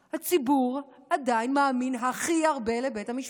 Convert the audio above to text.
הציבור עדיין מאמין הכי הרבה לבית המשפט.